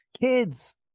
Kids